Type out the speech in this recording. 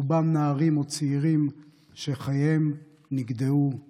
רובם נערים או צעירים שחייהם נגדעו באיבם.